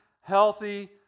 healthy